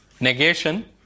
negation